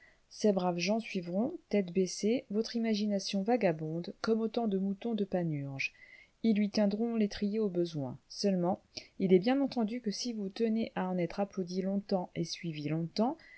ces braves gens suivront tête baissée votre imagination vagabonde comme autant de moutons de panurge ils lui tiendront l'étrier au besoin seulement il est bien entendu que si vous tenez à en être applaudi longtemps et suivi longtemps